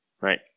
right